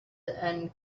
and